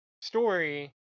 story